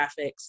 graphics